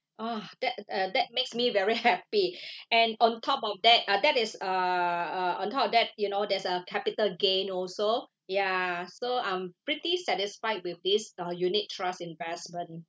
that uh that makes me very happy and on top of that uh that is uh uh on top of that you know there's a capital gain also ya so I'm pretty satisfied with this uh unit trust investment